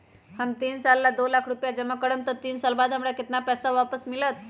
हम तीन साल ला दो लाख रूपैया जमा करम त तीन साल बाद हमरा केतना पैसा वापस मिलत?